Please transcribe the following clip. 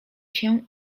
się